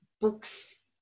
books